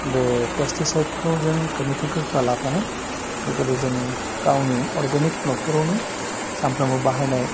बे पेस्टिसाइटखौ जों केमिकेलखौ होआ लाबानो बे बायदि जों गावनि अर्गेनिक नखरावनो सानफ्रोमबो बाहानाय